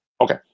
Okay